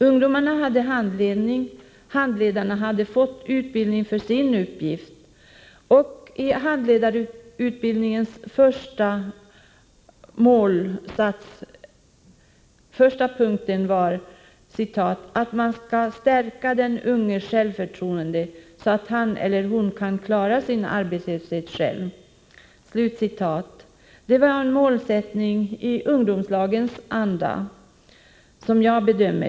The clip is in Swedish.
Ungdomarna hade handledning, och handledarna hade fått utbildning för sin uppgift. Första punkten i handledarutbildningens målsättning var ”att man skulle stärka den unges självförtroende så att han eller hon kan klara sin arbetslöshet själv”. Det är, som jag bedömer det, en målsättning i ungdomslagens anda.